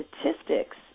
statistics